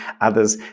others